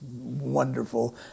wonderful